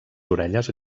orelles